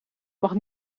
mag